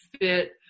fit